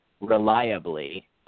reliably